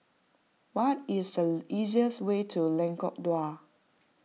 what is the easiest way to Lengkok Dua